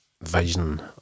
vision